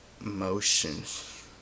emotions